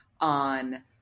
on